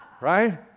right